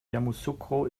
yamoussoukro